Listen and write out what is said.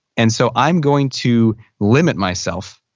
and so i'm going to limit myself.